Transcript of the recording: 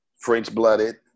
French-blooded